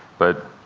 but